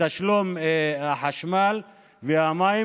בתשלום החשמל והמים,